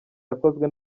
yakozwe